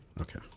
Okay